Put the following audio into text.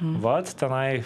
vat tenai